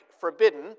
forbidden